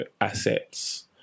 assets